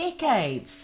decades